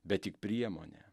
bet tik priemonė